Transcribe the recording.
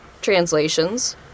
translations